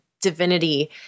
divinity